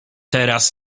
teraz